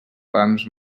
pams